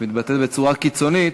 מתבטאת בצורה קיצונית,